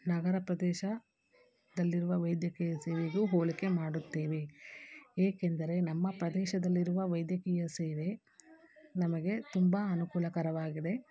ನಗರ ಪ್ರದೇಶದಲ್ಲಿರುವ ವೈದ್ಯಕೀಯ ಸೇವೆಗೂ ಹೋಲಿಕೆ ಮಾಡುತ್ತೇವೆ ಏಕೆಂದರೆ ನಮ್ಮ ಪ್ರದೇಶದಲ್ಲಿರುವ ವೈದ್ಯಕೀಯ ಸೇವೆ ನಮಗೆ ತುಂಬಾ ಅನುಕೂಲಕರವಾಗಿದೆ